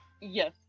Yes